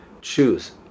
choose